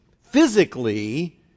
physically